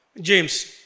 James